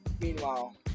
Meanwhile